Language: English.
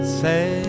say